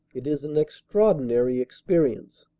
it is an extraordin ary experience.